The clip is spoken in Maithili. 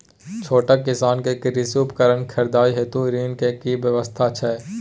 छोट किसान के कृषि उपकरण खरीदय हेतु ऋण के की व्यवस्था छै?